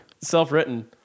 Self-written